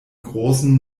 großen